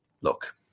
Look